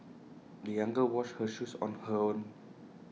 the young girl washed her shoes on her own